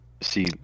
see